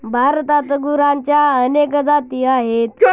भारतात गुरांच्या अनेक जाती आहेत